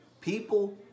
people